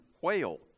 whale